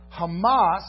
Hamas